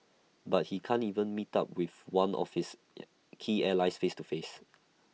but he can't even meet up with one of his key allies face to face